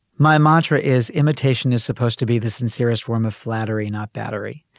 my mantra is imitation is supposed to be the sincerest form of flattery, not battery.